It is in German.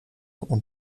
und